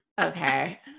Okay